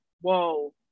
whoa